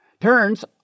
Turns